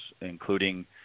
including